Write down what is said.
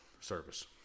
service